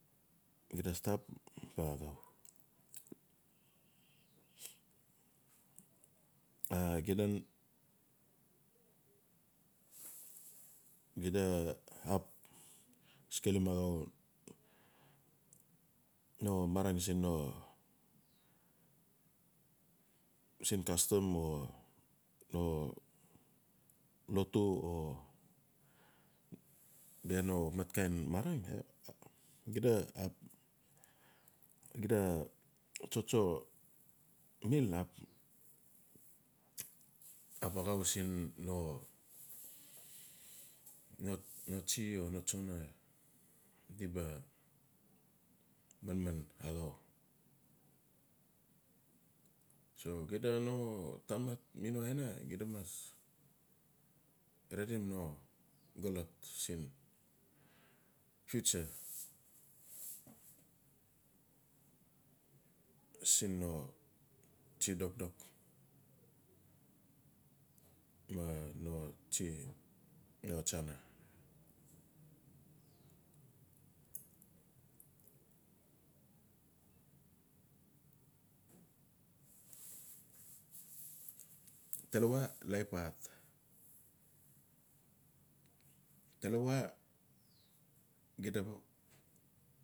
Xida stap ba axau. a xida xida ap skelim axau no marang siin no siin custom o no lotu. o bai no mat kain marang xida tsotso mil ap axau siin no tsi o no. tsono di ba manman axau. So xida no tamat mi no aina xida mas raedim no xolot siin future siin no tsi dokdok. ma no tsi tsana talawa laip a hat talawa gita ba.